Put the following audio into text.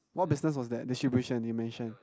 what business was that distribution animation